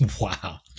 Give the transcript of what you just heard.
Wow